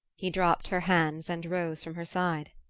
he dropped her hands and rose from her side.